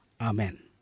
Amen